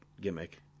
gimmick